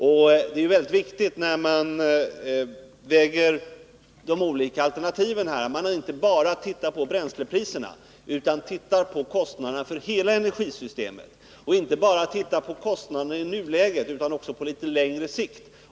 När man väger de olika alternativen mot varandra är det väldigt viktigt att man inte bara ser på bränslepriserna utan också studerar kostnaderna för hela energisystemet och att man inte bara ser på kostnaderna i nuläget utan också studerar dem på litet längre sikt.